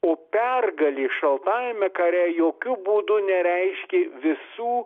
o pergalė šaltajame kare jokiu būdu nereiškia visų